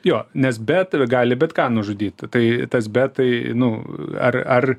jo nes bet gali bet ką nužudyti tai tas bet tai nu ar ar